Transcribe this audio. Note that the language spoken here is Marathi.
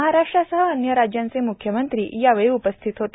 महाराष्ट्रासह अन्य राज्यांचे मुख्यमंत्री यावेळी उपस्थित होते